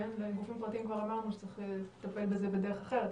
לגופים פרטיים כבר אמרנו שצריך לטפל בזה בדרך אחרת,